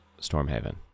Stormhaven